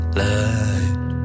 light